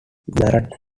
barrett